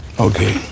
Okay